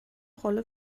rolle